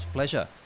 pleasure